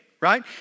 right